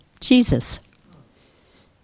Jesus